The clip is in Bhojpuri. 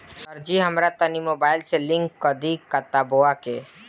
सरजी हमरा तनी मोबाइल से लिंक कदी खतबा के